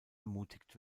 ermutigt